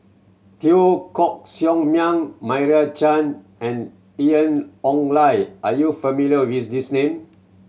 Teo Koh Sock Miang Meira Chand and Ian Ong Li are you not familiar with these names